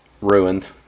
ruined